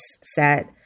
set